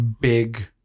big